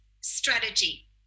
strategy